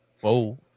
Whoa